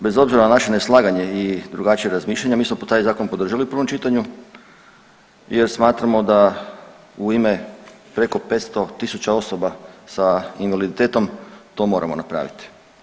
Bez obzira na naše neslaganje i drugačije razmišljanje, mi smo taj Zakon podržali u prvom čitanju jer smatramo da u ime preko 500 tisuća osoba s invaliditetom to moramo napraviti.